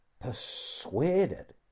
persuaded